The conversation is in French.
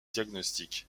diagnostic